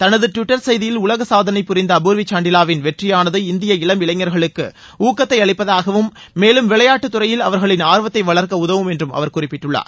தனது டிவிட்டர் செய்தியில் உலக சாதனை புரிந்த அபூர்வி சாண்டிலாவின் வெற்றியானது இந்திய இளம் இளைஞர்களுக்கு ஊக்கத்தை அளிப்பதாகவும் மேலும் விளையாட்டுத்துறையில அவர்களின் ஆர்வத்தை வளர்க்க உதவும் என்றும் அவர் பதிவிட்டுள்ளார்